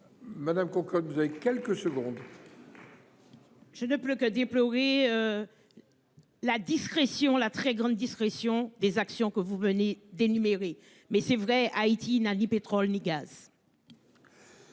Madame cocotte. Vous avez quelques secondes. Je ne peux que déplorer. La discrétion, la très grande discrétion des actions que vous venez d'énumérer, mais c'est vrai. Haïti n'a ni pétrole, ni gaz.